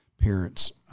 parents